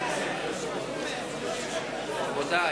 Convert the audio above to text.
רבותי,